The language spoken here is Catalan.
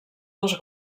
dos